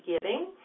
giving